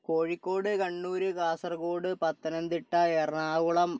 Kozhikode Kannur Kasaragod Pathanamthitta Ernakulam